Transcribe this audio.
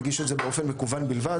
הוא מגיש את זה באופן מקוון בלבד.